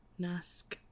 nask